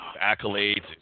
accolades